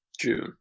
June